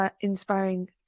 inspiring